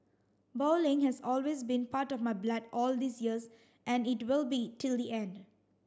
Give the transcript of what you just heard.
bowling has always been part of my blood all these years and it will be till the end